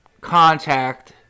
contact